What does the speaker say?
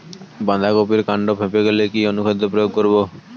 বাঁধা কপির কান্ড ফেঁপে গেলে কি অনুখাদ্য প্রয়োগ করব?